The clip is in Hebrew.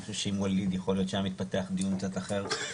אני חושב שעם וואליד יכול להיות שהיה מתפתח דיון קצת אחר,